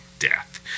Death